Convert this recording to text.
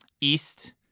east